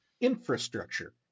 infrastructure